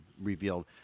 revealed